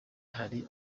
hari